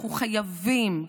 אנחנו חייבים,